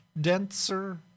denser